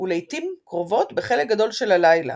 ולעיתים קרובות בחלק גדול של הלילה.